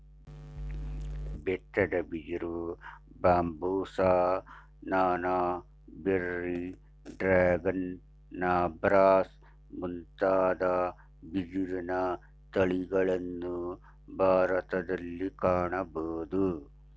ಬೆತ್ತದ ಬಿದಿರು, ಬಾಂಬುಸ, ನಾನಾ, ಬೆರ್ರಿ, ಡ್ರ್ಯಾಗನ್, ನರ್ಬಾಸ್ ಮುಂತಾದ ಬಿದಿರಿನ ತಳಿಗಳನ್ನು ಭಾರತದಲ್ಲಿ ಕಾಣಬೋದು